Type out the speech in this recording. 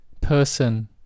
person